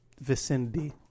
vicinity